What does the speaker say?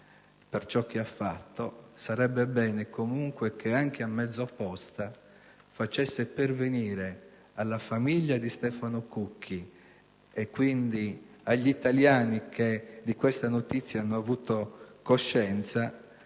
per ciò che ha fatto, sarebbe bene comunque che, anche a mezzo posta, facesse pervenire alla famiglia di Stefano Cucchi e quindi agli italiani che di questa notizia hanno avuto coscienza